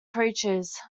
creatures